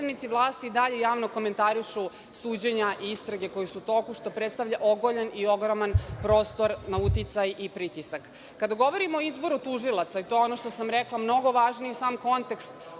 Da predstavnici vlasti i dalje javno komentarišu suđenja i istrage koje su u toku, što predstavlja ogoljen i ogroman prostor na uticaj i pritisak. Kada govorimo na izbor tužilaca, to je ono što sam rekla, mnogo važniji je sam kontekst